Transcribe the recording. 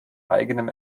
eigenem